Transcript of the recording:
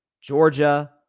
Georgia